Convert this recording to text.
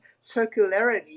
circularity